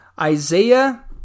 Isaiah